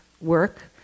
work